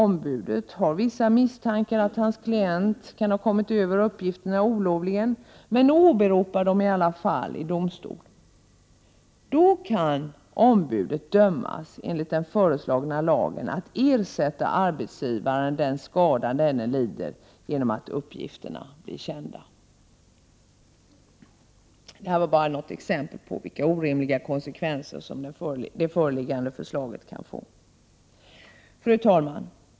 Ombudet har vissa misstankar om att hans klient kan ha kommit över uppgifterna olovligen men åberopar dem i alla fall i domstol. Ombudet kan då enligt den föreslagna lagen dömas att ersätta arbetsgivaren för den skada som denne lider genom att uppgifterna har blivit kända. Det här var bara ett exempel på vilka orimliga konsekvenser som det föreliggande förslaget kan få. Fru talman!